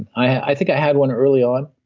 i think i had one early on,